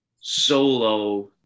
solo